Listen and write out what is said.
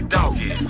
Doggy